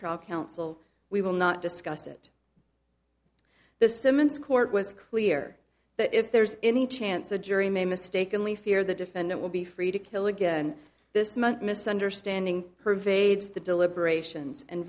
trial counsel we will not discuss it the simmons court was clear that if there's any chance a jury may mistakenly fear the defendant will be free to kill again this month misunderstanding pervades the deliberations and